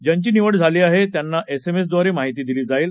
ज्यांची निवड झाली आहे त्यांना एसएमएसद्वारे माहिती दिली जाईल